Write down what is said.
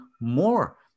more